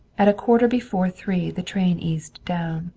at a quarter before three the train eased down.